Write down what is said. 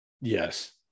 Yes